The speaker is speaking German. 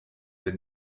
der